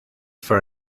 for